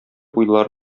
уйлар